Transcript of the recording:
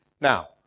Now